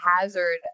hazard